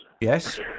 Yes